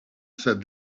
said